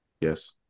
Yes